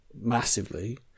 massively